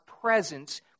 presence